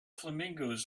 flamingos